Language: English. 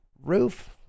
Roof